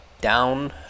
down